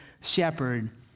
shepherd